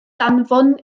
danfon